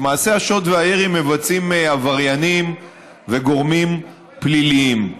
את מעשי השוד והירי מבצעים עבריינים וגורמים פליליים.